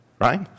right